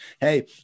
Hey